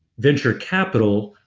venture capital,